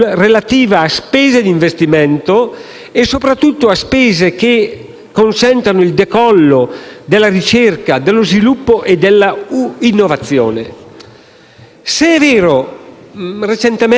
Se è vero - recentemente ho presentato, con Valerio Castronovo, un libro sulla politica estera tedesca - che siamo tutti per una Germania europea e non per un'Europa tedesca,